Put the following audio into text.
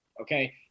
Okay